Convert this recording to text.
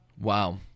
Wow